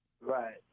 Right